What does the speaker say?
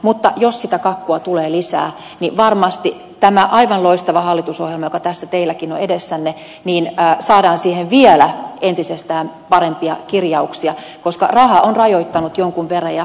mutta jos sitä kakkua tulee lisää niin varmasti tähän aivan loistavaan hallitusohjelmaan joka tässä teilläkin on edessänne saadaan vielä entisestään parempia kirjauksia koska raha on rajoittanut jonkun verran